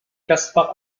kaspar